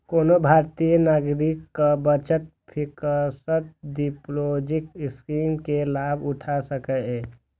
कोनो भारतीय नागरिक कर बचत फिक्स्ड डिपोजिट स्कीम के लाभ उठा सकैए